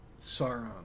Sauron